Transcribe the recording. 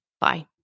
Bye